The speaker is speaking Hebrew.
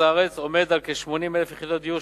הארץ עומד על כ-80,000 יחידות דיור,